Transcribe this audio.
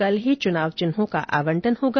कल ही चुनाव न्हिों का आवंटन होगा